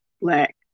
black